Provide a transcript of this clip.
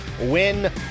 Win